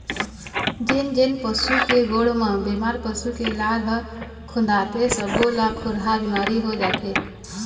जेन जेन पशु के गोड़ म बेमार पसू के लार ह खुंदाथे सब्बो ल खुरहा बिमारी हो जाथे